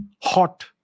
hot